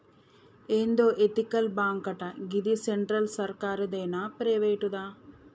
ఏందో ఎతికల్ బాంకటా, గిది సెంట్రల్ సర్కారుదేనా, ప్రైవేటుదా